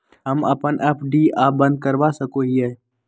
हम अप्पन एफ.डी आ बंद करवा सको हियै